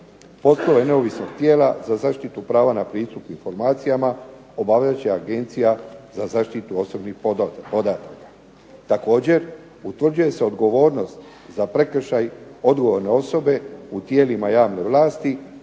Poslove neovisnog tijela za zaštitu prava na pristup informacijama obavljat će agencija za zaštitu osobnih podataka. Također utvrđuje se odgovornost za prekršaj odgovorne osobe u tijelima javne vlasti